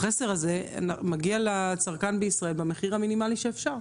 החסר הזה מגיע לצרכן בישראל במחיר המינימלי שאפשר.